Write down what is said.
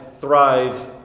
thrive